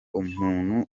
umuntu